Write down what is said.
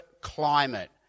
climate